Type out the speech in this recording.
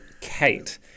Kate